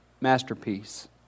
masterpiece